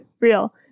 real